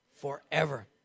forever